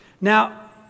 Now